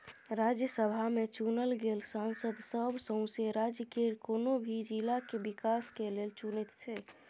राज्यसभा में चुनल गेल सांसद सब सौसें राज्य केर कुनु भी जिला के विकास के लेल चुनैत छै